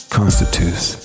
constitutes